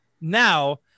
now